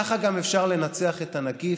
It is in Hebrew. ככה גם אפשר לנצח את הנגיף.